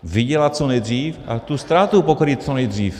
Vydělat co nejdřív a tu ztrátu pokrýt co nejdřív.